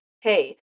hey